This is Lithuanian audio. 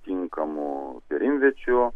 tinkamų perimviečių